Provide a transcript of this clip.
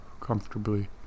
comfortably